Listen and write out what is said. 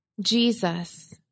Jesus